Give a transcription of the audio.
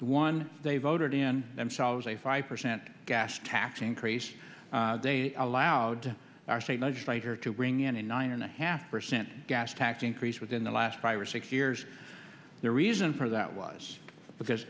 the one they voted in themselves a five percent gas tax increase they allowed our state legislature to bring in a nine and a half percent gas tax increase within the last five or six years the reason for that was because